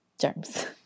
germs